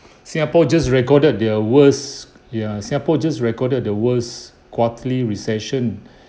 singapore just recorded their worse ya singapore just recorded the worst quarterly recession